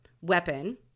weapon